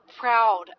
proud